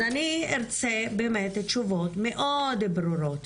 אז אני ארצה תשובות מאוד ברורות